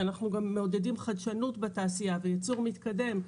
שאנחנו גם מעודדים חדשנות בתעשייה וייצור מתקדם,